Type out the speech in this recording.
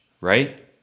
Right